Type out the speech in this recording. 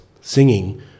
singing